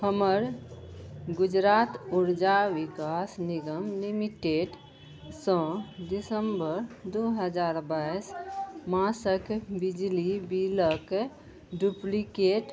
हमर गुजरात ऊर्जा विकास निगम लिमिटेडसँ दिसम्बर दू हजार बाइस मासक बिजली बिलक डुप्लिकेट